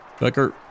Becker